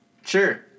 sure